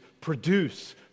produce